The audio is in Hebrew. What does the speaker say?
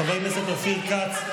חבר הכנסת אופיר כץ,